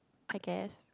I guess